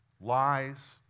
lies